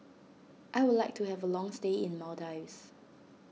I would like to have a long stay in Maldives